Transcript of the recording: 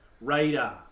radar